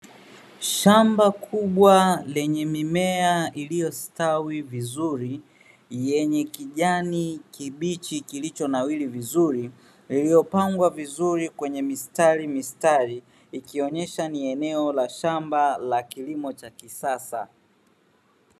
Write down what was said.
Shamba kubwa lenye mimea iliyostawi vizuri yenye kijani kibichi kilichonawiri vizuri iliyopangwa vizuri kwenye mistarimistari, ikionyesha ni eneo la shamba la kilimo cha kisasa.